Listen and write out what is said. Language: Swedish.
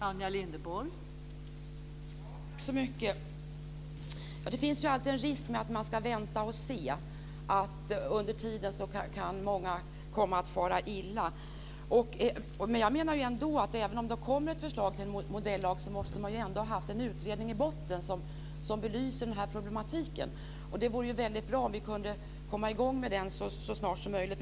Fru talman! Det finns ju alltid en risk med att vänta och se. Under tiden kan ju många komma att fara illa. Men även om det kommer ett förslag till modellag måste man väl ha haft en utredning i botten som belyser denna problematik. Det vore alltså väldigt bra om vi kunde komma i gång med en sådan så snart som möjligt.